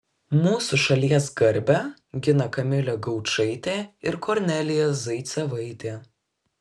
mūsų šalies garbę gina kamilė gaučaitė ir kornelija zaicevaitė